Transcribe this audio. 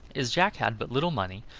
as jack had but little money,